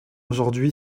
aujourd’hui